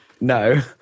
No